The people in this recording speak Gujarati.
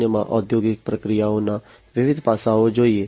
0 માં ઔદ્યોગિક પ્રક્રિયાઓના વિવિધ પાસાઓ જોઈએ